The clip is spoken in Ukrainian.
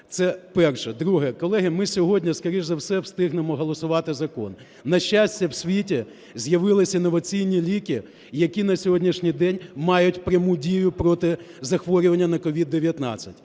Це перше. Друге. Колеги, ми сьогодні, скоріше за все, встигнемо голосувати закон. На щастя, в світі з'явилися інноваційні ліки, які на сьогоднішній день мають пряму дію проти захворювання на COVID-19.